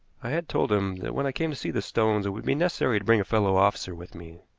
i had told him that when i came to see the stones it would be necessary to bring a fellow officer with me,